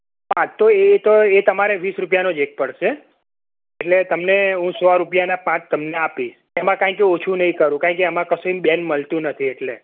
હા તો એ તો એ તમારે વીસ રૂપિયાનો એક પડશે એટલે તમને હું સો રૂપિયાના પાંચ તમને આપીશ એમા કારણ કે ઓછું નય કરું કારણ કે એમાં કશું બેન મળતું નથી એટલે